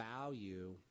value